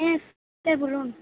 sir বলুন